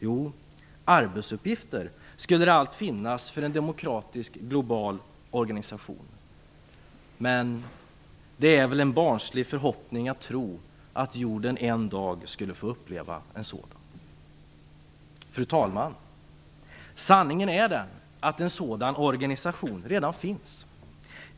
Ja, arbetsuppgifter skulle det allt finnas för en demokratisk, global organisation, men det är väl en barnslig förhoppning att tro att jorden en dag skall få uppleva en sådan. Fru talman! Sanningen är den att en sådan organisation redan finns.